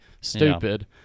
stupid